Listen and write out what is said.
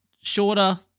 shorter